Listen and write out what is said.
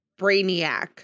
brainiac